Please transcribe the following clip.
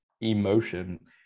emotion